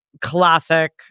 classic